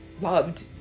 loved